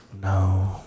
No